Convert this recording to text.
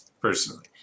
personally